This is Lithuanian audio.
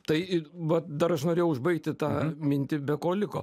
tai vat dar aš norėjau užbaigti tą mintį be ko liko